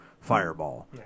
Fireball